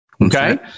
okay